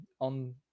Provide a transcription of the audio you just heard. on